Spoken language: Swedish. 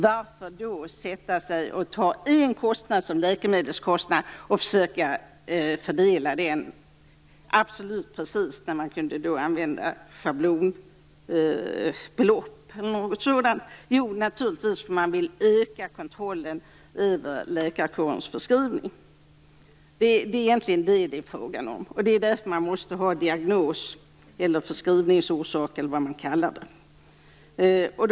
Varför då ta en kostnad som läkemedelskostnaden och försöka fördela den absolut precist när man kan använda schablonbelopp eller liknande? Jo, naturligtvis därför att man vill öka kontrollen över läkarkårens förskrivning. Det är egentligen detta som det är fråga om. Det är därför man måste ha diagnos eller förskrivningsorsak eller vad man kallar det för.